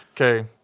Okay